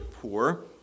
poor